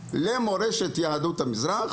למורשת יהדות המזרח